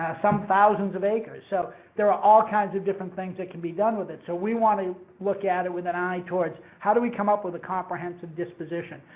some thousands of acres, so there are all kinds of different things that can be done with it. so, we want to look at it with an eye towards how do we come up with a comprehensive disposition?